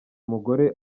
mugore